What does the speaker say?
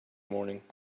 morning